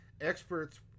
experts